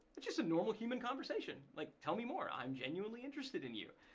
it's just a normal human conversation, like tell me more. i'm genuinely interested in you.